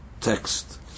text